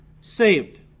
saved